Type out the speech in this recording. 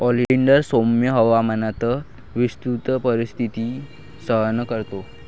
oleander सौम्य हवामानात विस्तृत परिस्थिती सहन करतो